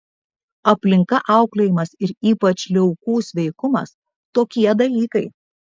aplinka auklėjimas ir ypač liaukų sveikumas tokie dalykai